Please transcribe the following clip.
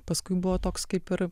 paskui buvo toks kaip ir